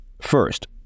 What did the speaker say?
First